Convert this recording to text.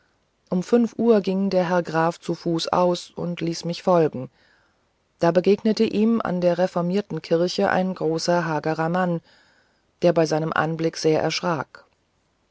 um fünf uhr ging der herr graf zu fuß aus und ließ mich folgen da begegnete ihm an der reformierten kirche ein großer hagerer mann der bei seinem anblick sehr erschrak